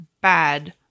bad